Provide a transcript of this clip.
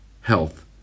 health